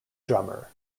drummer